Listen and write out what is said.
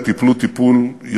אני